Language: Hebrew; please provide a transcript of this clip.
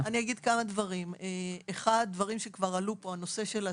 ראשית, הנושא של התפיסה.